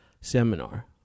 seminar